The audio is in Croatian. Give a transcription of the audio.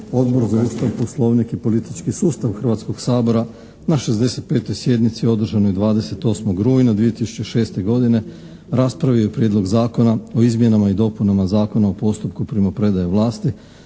Odbor za Ustav, Poslovnik i politički sustav Hrvatskog sabora na 65. sjednici održanoj 28. rujna 2006. godine raspravio je Prijedlog zakona o izmjenama i dopunama Zakona o postupku primopredaje vlasti